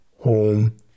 home